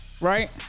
right